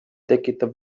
tekitab